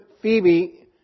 Phoebe